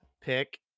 pick